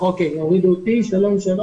שלום.